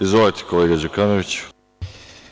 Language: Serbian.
Izvolite, kolega Đukanoviću.